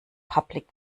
public